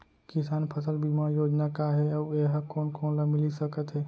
किसान फसल बीमा योजना का हे अऊ ए हा कोन कोन ला मिलिस सकत हे?